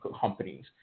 companies